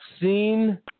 seen